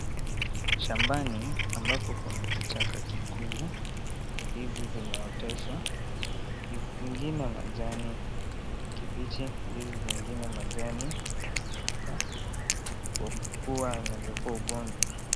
Shambani, ambapo kuna kichaka kikuu, ndizi zimeoteshwa. Ndizi zingine majani ya kijani kibichi ndizi zingine majani yamenyauka kwa kuwa inaeza kuwa ugonjwa.